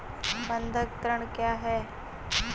बंधक ऋण क्या है?